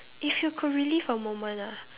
if you could relive a moment ah